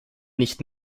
nicht